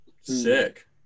Sick